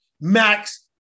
Max